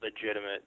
legitimate